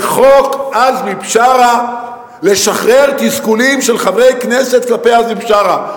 זה "חוק עזמי בשארה" לשחרור תסכולים של חברי כנסת כלפי עזמי בשארה.